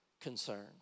concerns